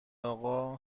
اقا